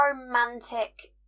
romantic